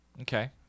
okay